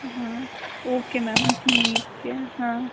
हाँ okay ma'am ठीक है हाँ